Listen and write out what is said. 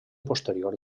posterior